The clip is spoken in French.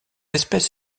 espèce